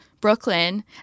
brooklyn